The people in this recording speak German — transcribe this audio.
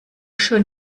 schön